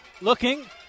looking